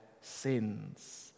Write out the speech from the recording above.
sins